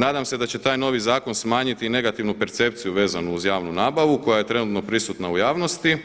Nadam se da će taj novi zakon smanjiti i negativnu percepciju vezanu uz javnu nabavu koja je trenutno pristupna u javnosti